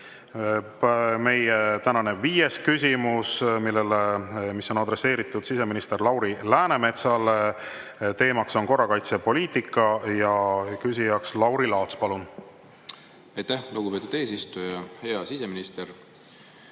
meie tänane viies küsimus, mis on adresseeritud siseminister Lauri Läänemetsale. Teema on korrakaitsepoliitika ja küsija Lauri Laats. Palun! Aitäh, lugupeetud eesistuja! Hea siseminister!